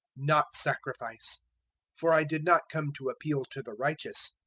not sacrifice' for i did not come to appeal to the righteous,